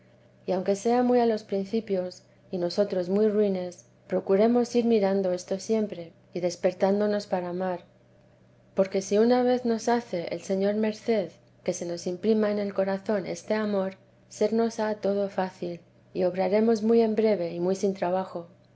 y aunque sea muy a los principios y nosotros muy ruines procuremos ir mirando esto siempre y despertándonos para amar porque si una vez nos hace el señor merced que se nos imprima en el corazón este amor sernos ha todo fácil y obraremos muy en breve y muy sin trabajo